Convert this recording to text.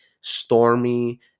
stormy